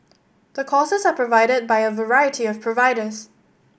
the courses are provided by a variety of providers